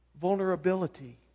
Vulnerability